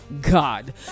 God